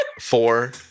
Four